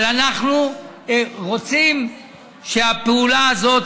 אבל אנחנו רוצים שהפעולה הזאת,